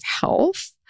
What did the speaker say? health